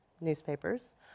newspapers